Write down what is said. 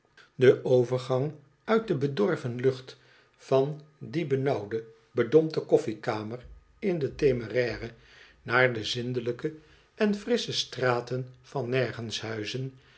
de overgang uit de bedorven lucht van die benauwde bedompte koffiekamer in de temeraire naar de zindelijke en frisscho straten van nergenshuizen